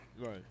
Right